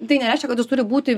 tai nereiškia kad jis turi būti